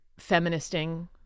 feministing